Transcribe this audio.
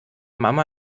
mama